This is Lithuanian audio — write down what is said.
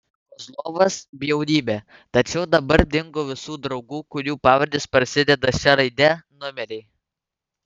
kozlovas bjaurybė tačiau dabar dingo visų draugų kurių pavardės prasideda šia raide numeriai